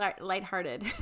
lighthearted